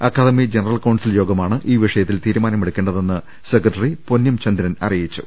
academy general council യോഗമാണ് ഈ വിഷയത്തിൽ തീരു മാനമെടുക്കേണ്ടതെന്ന് സെക്രട്ടറി പൊന്ന്യം ചന്ദ്രൻ അറിയിച്ചു